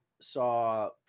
saw